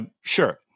sure